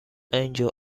angel